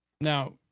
Now